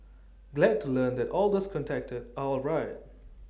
glad to learn that all those contacted are alright